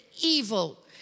evil